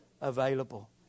available